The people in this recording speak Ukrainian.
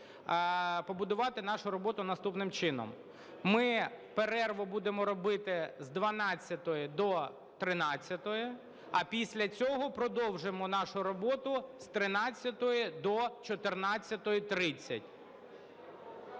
побудувати нашу роботу наступним чином: ми перерву будемо робити з 12 до 13, а після цього продовжимо нашу роботу з 13 до 14:30.